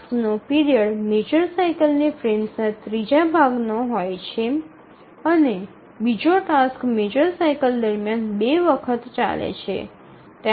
ટાસ્કનો period major cycle ની ફ્રેમ્સના ત્રીજા ભાગનો હોય છે અને બીજો ટાસ્ક મેજર સાઇકલ દરમિયાન ૨ વખત ચાલે છે